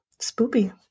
Spoopy